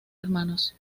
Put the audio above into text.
hermanos